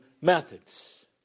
methods